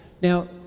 Now